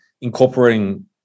incorporating